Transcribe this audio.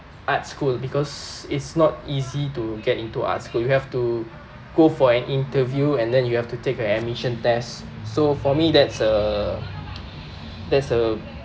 art school because it's not easy to get into arts school you have to go for an interview and then you have to take a admission test so for me that's a that's a